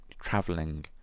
traveling